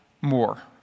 more